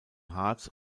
harz